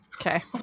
Okay